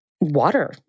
water